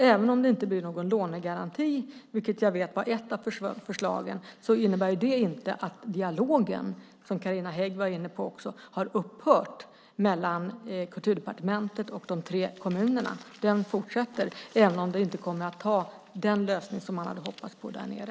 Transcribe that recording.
Även om det inte blir någon lånegaranti, vilket var ett av förslagen, innebär inte det att dialogen, som Carina Hägg var inne på, har upphört mellan Kulturdepartementet och de tre kommunerna. Den fortsätter, även om det inte kommer att bli den lösning som man hade hoppats på där nere.